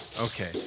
Okay